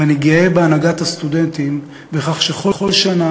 ואני גאה בהנהגת הסטודנטים בכך שכל שנה